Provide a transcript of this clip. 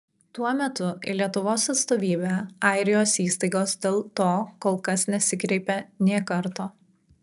tuo metu į lietuvos atstovybę airijos įstaigos dėl to kol kas nesikreipė nė karto